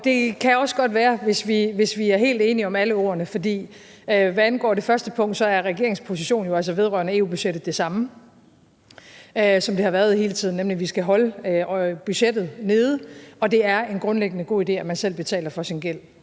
det kan også godt være, hvis vi er helt enige om alle ordene. Hvad angår det første punkt, EU-budgettet, er regeringens position den samme, som den har været hele tiden, nemlig at vi skal holde budgettet nede, og at det grundlæggende er en god idé, at man selv betaler sin gæld.